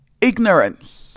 Ignorance